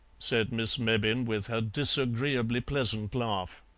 said miss mebbin, with her disagreeably pleasant laugh.